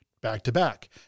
back-to-back